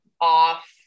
off